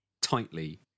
tightly